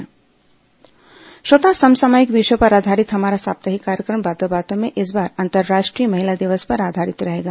बातों बातों में समसामयिक विषयों पर आधारित हमारा साप्ताहिक कार्यक्रम बातों बातों में इस बार अंतराष्ट्रीय महिला दिवस पर आधारित रहेगा